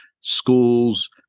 schools